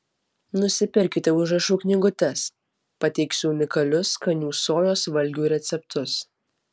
nusipirkite užrašų knygutes pateiksiu unikalius skanių sojos valgių receptus